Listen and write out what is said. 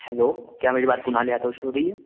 hello क्या मेरी बात कुनाल यादव से हो रही है